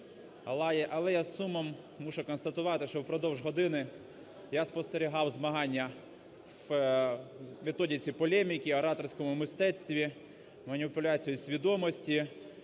але я з сумом мушу констатувати, що впродовж години я спостерігав змагання в методиці полеміки, ораторському мистецтві, маніпуляції свідомості,